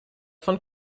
von